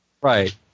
Right